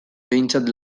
behintzat